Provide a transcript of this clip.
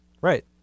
Right